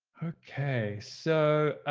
ok. so